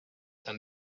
and